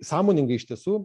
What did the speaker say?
sąmoningai iš tiesų